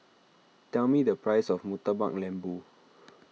tell me the price of Murtabak Lembu